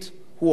הוא אומר: